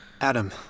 Adam